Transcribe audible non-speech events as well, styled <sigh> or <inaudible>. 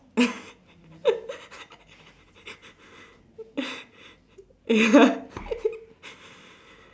<laughs> ya <laughs>